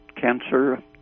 cancer